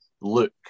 look